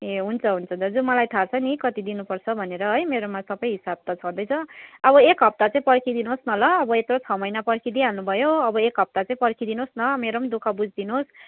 ए हुन्छ हुन्छ दाजु मलाई थाहा छ नि कति दिनुपर्छ भनेर है मेरोमा सबै हिसाब त छदैँ छ अब एक हप्ता चाहिँ पर्खिदिनुहोस् न ल अब यत्रो छ महिना पर्खिदिइहाल्नु भयो अब एक हप्ता चाहिँ पर्खिदिनुहोस् मेरो पनि दु ख बुझिदिनुहोस्